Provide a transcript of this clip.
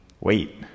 wait